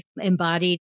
embodied